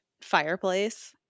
fireplace